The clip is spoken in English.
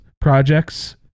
projects